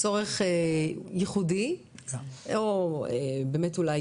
צורך ייחודי או באמת אולי,